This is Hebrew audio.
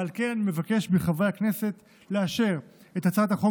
ועל כן אני מבקש מחברי הכנסת לאשר את הצעת החוק